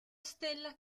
stella